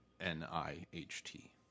N-I-H-T